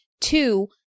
two